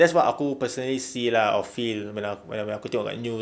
that's what aku personally see lah or feel bila aku when aku tengok kat news